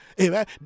amen